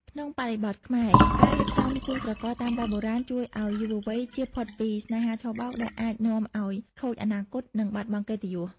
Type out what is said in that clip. ក្នុងបរិបទខ្មែរ ការរៀបចំគូស្រករតាមបែបបុរាណ ជួយឱ្យយុវវ័យចៀសផុតពី "ស្នេហាឆបោក" ដែលអាចនាំឱ្យខូចអនាគត និងបាត់បង់កិត្តិយស។